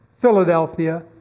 Philadelphia